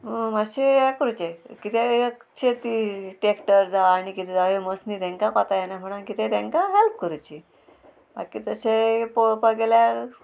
मातशें हें करुचें कितें शेती ट्रॅक्टर जावं आनी कितें जाय मसनी तांकां कोतायना म्हणून कितें तांकां हॅल्प करूं बाकी तशें पळोवपाक गेल्यार